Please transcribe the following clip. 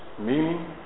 meaning